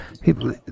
People